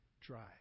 drive